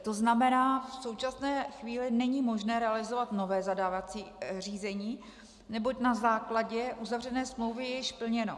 To znamená, v současné chvíli není možné realizovat nové zadávací řízení, neboť na základě uzavřené smlouvy je již plněno.